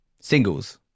Singles